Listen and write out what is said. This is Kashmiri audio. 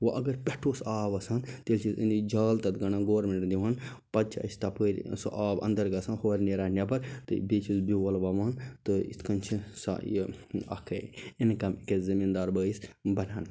وۄنۍ اگر پٮ۪ٹھہٕ اوس آب وَسان تیٚلہِ چھِ أسۍ أنٛدۍ أنٛدۍ جال تتھ گنٛڈان گورمیٚنٛٹ دِوان پَتہٕ چھِ اسہِ تَپٲرۍ سُہ آب انٛدر گَژھان ہورٕ نیران نیٚبر تہٕ بیٚیہ چھِ أسۍ بیٛول وۄوَان تہٕ یِتھ کٔنۍ چھِ سۄ یہِ اکھ ٲں انکم أکِس زمیٖن دار بھٲیِس بنان